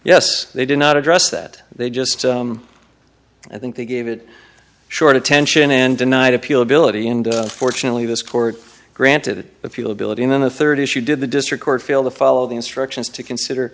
yes they did not address that they just i think they gave it short attention and denied appeal ability and unfortunately this court granted a few ability in the third issue did the district court feel the follow the instructions to consider